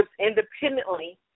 independently